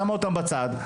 שמה אותם בצד,